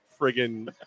friggin